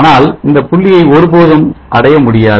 ஆனால் இந்தப் புள்ளியை ஒரு போதும் அடைய முடியாது